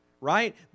right